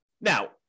Now